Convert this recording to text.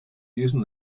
using